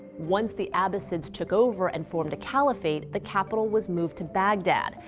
once the abbasids took over and formed a caliphate, the capitol was moved to baghdad,